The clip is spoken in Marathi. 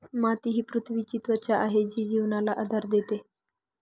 माती ही पृथ्वीची त्वचा आहे जी जीवनाला आधार देते